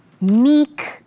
meek